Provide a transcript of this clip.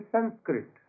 Sanskrit